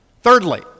Thirdly